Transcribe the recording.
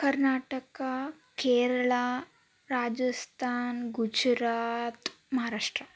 Karnataka Kerala Rajasthan Gujarat Maharashtra